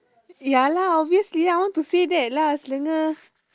ya lah obviously I want to say that lah selenge